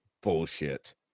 bullshit